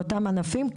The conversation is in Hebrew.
באותם ענפים,